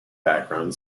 background